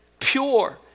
Pure